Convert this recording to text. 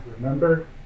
remember